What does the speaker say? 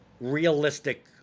realistic